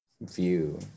view